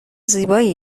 زیبایی